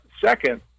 Second